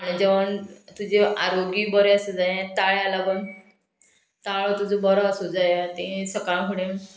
आनी जेवण तुजी आरोग्य बरें आसा जाय ताळ्या लागून ताळो तुजो बरो आसूं जाय ती सकाळ फुडें